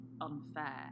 unfair